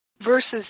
versus